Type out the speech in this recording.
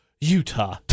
Utah